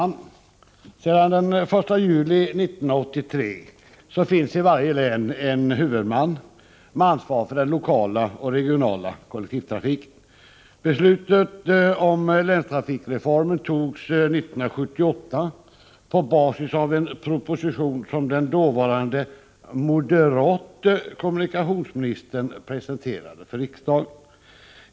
Herr talman! Sedan den 1 juli 1983 finns i varje län en huvudman med ansvar för den lokala och regionala kollektivtrafiken. Beslut om länstrafikreformen fattades 1978 på basis av en proposition som den dåvarande moderate kommunikationsministern presenterade för riksdagen.